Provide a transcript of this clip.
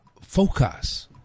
focus